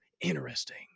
Interesting